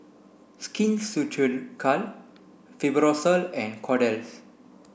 Skin Ceuticals Fibrosol and Kordel's